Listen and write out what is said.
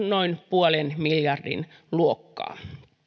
noin puolen miljardin luokkaa